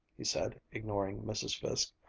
he said, ignoring mrs. fiske.